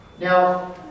Now